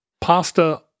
pasta